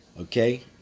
Okay